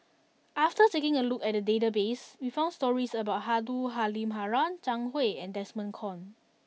after taking a look at the database we found stories about Abdul Halim Haron Zhang Hui and Desmond Kon